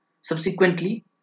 Subsequently